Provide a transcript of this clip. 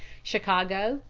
chicago,